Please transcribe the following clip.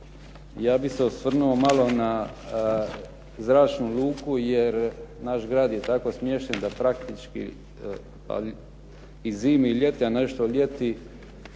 Ja bih se osvrnuo malo na zračnu luku, jer naš grad je tako smješten da praktički i zimi i ljeti, a nešto ljeti